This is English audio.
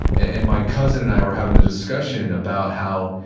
and my cousin and i were having the discussion about how